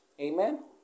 Amen